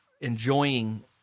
enjoying